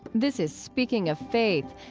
this is speaking of faith.